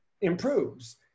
improves